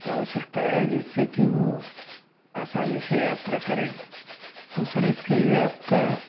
आवश्यकता है जिससे कि वह आसानी से यात्रा करें तो सर इसके लिए आपका